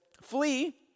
flee